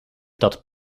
dat